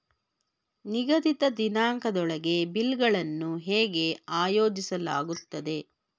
ನಿಗದಿತ ದಿನಾಂಕದೊಳಗೆ ಬಿಲ್ ಗಳನ್ನು ಹೇಗೆ ಆಯೋಜಿಸಲಾಗುತ್ತದೆ?